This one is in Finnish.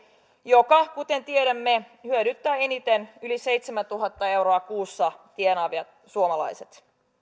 joka kuten tiedämme hyödyttää eniten yli seitsemäntuhatta euroa kuussa tienaavia suomalaisia